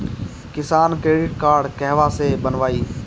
किसान credit card कहवा से बनवाई?